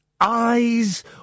eyes